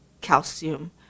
calcium